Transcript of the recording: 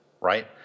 right